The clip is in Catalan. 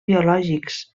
biològics